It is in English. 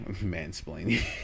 Mansplaining